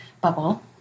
bubble